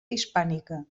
hispànica